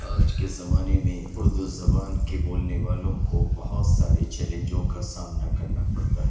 آج کے زمانے میں اردو زبان کے بولنے والوں کو بہت سارے چیلنجوں کا سامنا کرنا پڑتا ہے